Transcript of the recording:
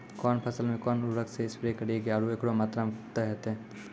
कौन फसल मे कोन उर्वरक से स्प्रे करिये आरु एकरो मात्रा कत्ते होते?